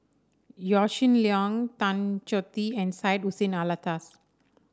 Yaw Shin Leong Tan Choh Tee and Syed Hussein Alatas